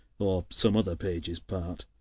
or some other page's part.